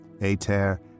Ater